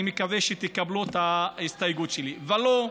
אני מקווה שתקבלו את ההסתייגות שלי, ולא,